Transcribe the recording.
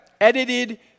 edited